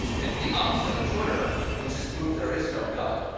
it's the opposite of twitter, which is proof there is no god.